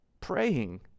praying